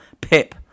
pip